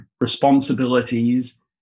responsibilities